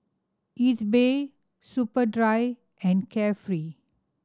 Ezbuy Superdry and Carefree